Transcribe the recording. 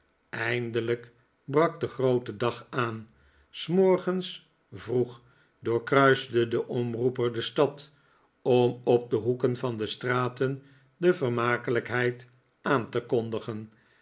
eindelijk brak de groote dag aan s morgens vroeg doorkruiste de omroeper de stad om op de hoeken van de straten de vermakelijkheid aan te kondigen